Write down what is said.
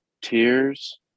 Tears